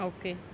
Okay